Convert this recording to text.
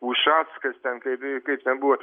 ušackas ten kai kaip ten buvo